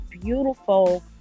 beautiful